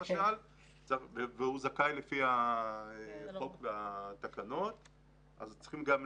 שזכאי לפי החוק והתקנות -- יש איזה